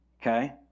okay